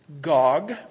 Gog